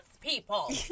people